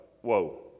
whoa